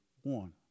one